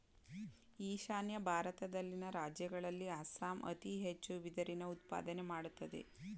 ಈಶಾನ್ಯ ಭಾರತದಲ್ಲಿನ ರಾಜ್ಯಗಳಲ್ಲಿ ಅಸ್ಸಾಂ ಅತಿ ಹೆಚ್ಚು ಬಿದಿರಿನ ಉತ್ಪಾದನೆ ಮಾಡತ್ತದೆ